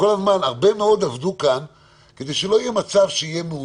הרבה מאוד עבדו כאן כדי שלא יהיה מאוים